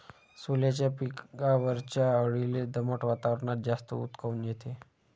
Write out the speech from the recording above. सोल्याच्या पिकावरच्या अळीले दमट वातावरनात जास्त ऊत काऊन येते?